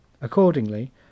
Accordingly